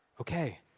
okay